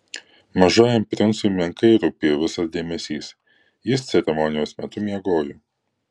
mažajam princui menkai rūpėjo visas dėmesys jis ceremonijos metu miegojo